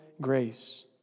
grace